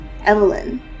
evelyn